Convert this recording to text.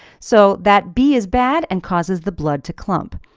so, that b is bad and causes the blood to clump.